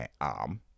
arm